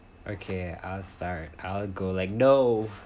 okay I'll start I'll go like no